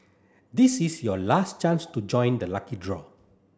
this is your last chance to join the lucky draw